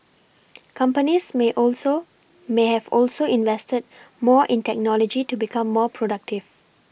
companies may also may have also invested more in technology to become more productive